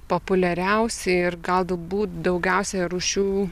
populiariausi ir galbūt daugiausia rūšių